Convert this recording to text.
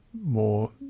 more